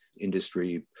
industry